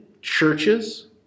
churches